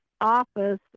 office